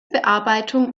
bearbeitung